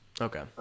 Okay